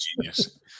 genius